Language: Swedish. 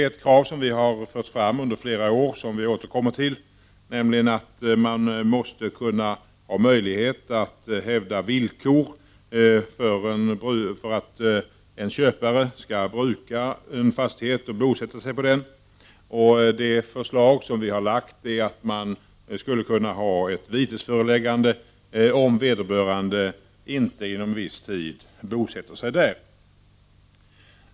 Ett krav som vi har fört fram i flera år och nu återkommer till är att det skall finnas möjlighet att hävda villkor för att en köpare skall få bruka en fastighet och bosätta sig på den. Vårt förslag är att det skall vara förenat med vitesföreläggande om vederbörande inte inom viss tid bosätter sig där.